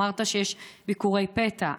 אמרת שיש ביקורי פתע.